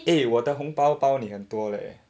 eh 我的红包包你很多 leh